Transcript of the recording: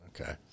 Okay